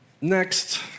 Next